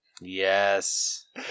Yes